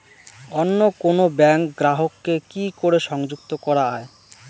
অন্য কোনো ব্যাংক গ্রাহক কে কি করে সংযুক্ত করা য়ায়?